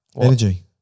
energy